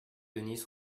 denys